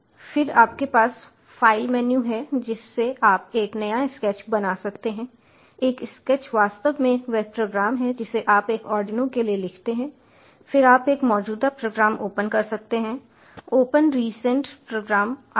फिर आपके पास फ़ाइल मेनू है जिससे आप एक नया स्केच बना सकते हैं एक स्केच वास्तव में वह प्रोग्राम है जिसे आप एक आर्डिनो के लिए लिखते हैं फिर आप एक मौजूदा प्रोग्राम ओपन कर सकते हैं ओपन रीसेंट प्रोग्राम आदि